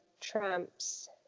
Trump's